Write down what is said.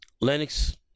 Lennox